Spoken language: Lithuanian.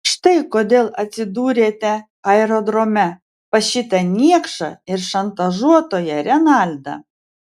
štai kodėl atsidūrėte aerodrome pas šitą niekšą ir šantažuotoją renaldą